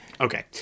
okay